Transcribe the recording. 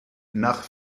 nach